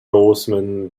horseman